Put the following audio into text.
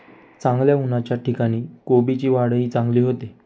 चांगल्या उन्हाच्या ठिकाणी कोबीची वाढही चांगली होते